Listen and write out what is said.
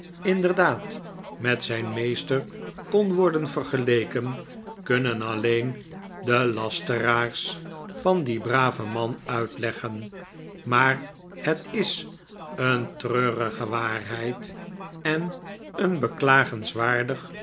inderdaad met zijn meester kon worden vergel'eken kunnen alleen de lasteraars van dien braveri man uitleggen maar het is een treurige waarheid en een